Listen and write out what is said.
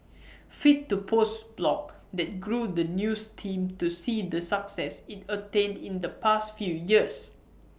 fit to post blog that grew the news team to see the success IT attained in the past few years